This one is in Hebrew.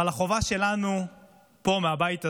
אבל החובה שלנו פה, מהבית הזה,